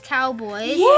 Cowboys